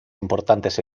importantes